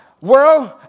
world